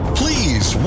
please